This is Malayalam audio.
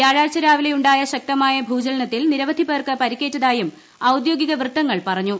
വ്യാഴാഴ്ച രാവിലെ ഉണ്ടായ ശക്തമായ ഭൂചലനത്തിൽ നിരവധി പേർക്ക് പരിക്കേറ്റതായും ഔദ്യോഗിക വൃത്തങ്ങൾ പറഞ്ഞു